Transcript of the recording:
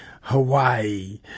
Hawaii